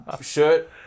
shirt